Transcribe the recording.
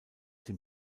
dem